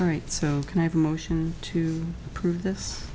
right so can i have a motion to prove this